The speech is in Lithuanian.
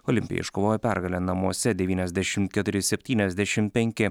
olimpija iškovojo pergalę namuose devyniasdešim keturi septyniasdešim penki